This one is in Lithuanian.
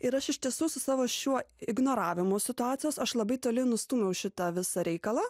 ir aš iš tiesų su savo šiuo ignoravimu situacijos aš labai toli nustūmiau šitą visą reikalą